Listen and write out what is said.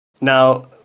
Now